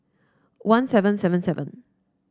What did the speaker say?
one seven seven seven